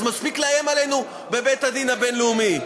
אז מספיק לאיים עלינו בבית-הדין הבין-לאומי.